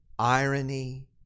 Irony